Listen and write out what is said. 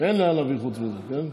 אין לאן להעביר חוץ מזה, כן?